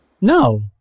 No